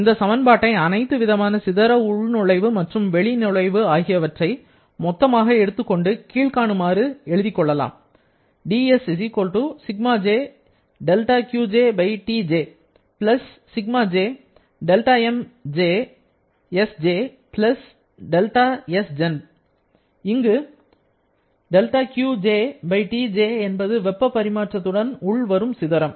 இந்த சமன்பாட்டை அனைத்து விதமான சிதற உள்நுழைவு மற்றும் வெளி நுழைவு ஆகியவற்றை மொத்தமாக எடுத்துக்கொண்டு கீழ்காணுமாறு எழுதிக் கொள்ளலாம் இங்கு δQjTj என்பது வெப்ப பரிமாற்றத்துடன் உள்வரும் சிதறம்